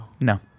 No